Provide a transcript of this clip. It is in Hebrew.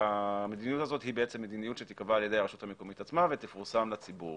המדיניות הזאת תיקבע על ידי הרשות המקומית עצמה ותפורסם לציבור